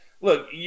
look